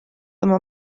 oma